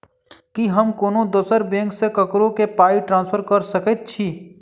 की हम कोनो दोसर बैंक सँ ककरो केँ पाई ट्रांसफर कर सकइत छि?